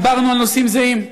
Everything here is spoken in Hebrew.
דיברנו על נושאים זהים.